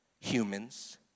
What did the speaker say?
humans